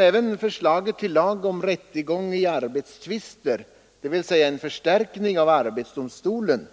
Även förslaget till lag om rättegång i arbetstvister, dvs. en förstärkning av arbetsdomstolen,